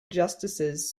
justices